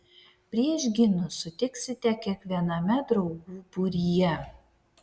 priešgynų sutiksite kiekviename draugų būryje